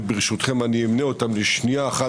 וברשותכם אני אמנה אותם לשנייה אחת,